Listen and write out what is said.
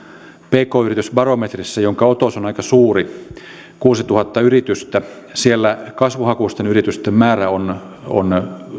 pk yritysbarometrissä jonka otos on aika suuri kuusituhatta yritystä kasvuhakuisten yritysten määrä on on